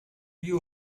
you